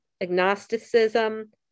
agnosticism